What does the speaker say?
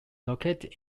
located